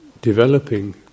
developing